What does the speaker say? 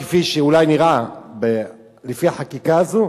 כפי שאולי נראה לפי החקיקה הזאת,